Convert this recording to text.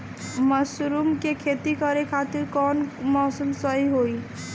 Mushroom के खेती करेके खातिर कवन मौसम सही होई?